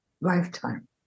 lifetime